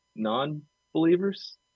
non-believers